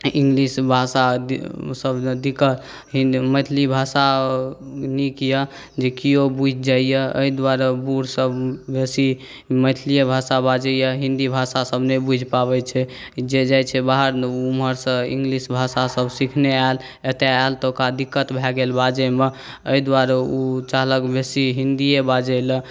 English भाषा सभ दिक्कत मैथिली भाषा नीक यए जे कियो बुझि जाइए एहि दुआरे बूढ़सभ बेसी मैथलीए भाषा बाजैए हिन्दी भाषासभ नहि बुझि पाबैत छै जे जाइत छै बाहर ओ ओम्हरसँ इंग्लिश भाषासभ सिखने आएल एतय आएल तऽ ओकरा दिक्कत भए गेल बाजैमे एहि दुआरे ओ चाहलक बेसी हिन्दिए बाजय लेल